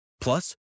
Plus